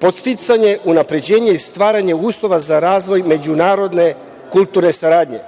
podsticanje, unapređenje i stvaranje uslova za razvoj međunarodne kulturne saradnje,